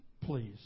please